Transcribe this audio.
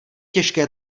těžké